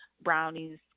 brownies